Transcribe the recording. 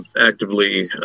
actively